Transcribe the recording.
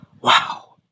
Wow